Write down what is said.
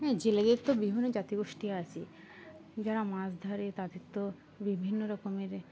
হ্যাঁ জেলেদের তো বিভিন্ন জাতিগোষ্ঠী আছে যারা মাছ ধরে তাদের তো বিভিন্ন রকমের